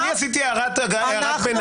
אני עשיתי הערת ביניים.